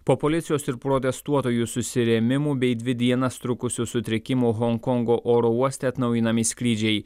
po policijos ir protestuotojų susirėmimų bei dvi dienas trukusių sutrikimų honkongo oro uoste atnaujinami skrydžiai